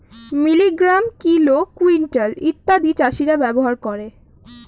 milligram, kilo, quintal ইত্যাদি চাষীরা ব্যবহার করে